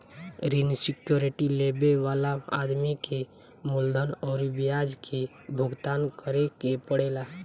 ऋण सिक्योरिटी लेबे वाला आदमी के मूलधन अउरी ब्याज के भुगतान करे के पड़ेला